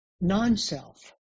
non-self